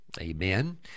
amen